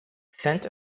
sent